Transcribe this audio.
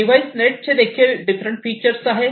device net चे different features आहे